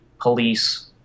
police